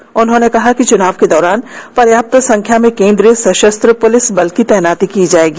श्री अरोडा ने कहा कि चुनाव के दौरान पर्याप्त संख्या में केंद्रीय सशस्त्र पुलिस बल की तैनाती की जाएगी